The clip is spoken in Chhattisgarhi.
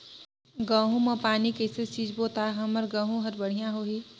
गहूं म पानी कइसे सिंचबो ता हमर गहूं हर बढ़िया होही?